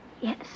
Yes